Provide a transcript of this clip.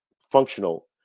functional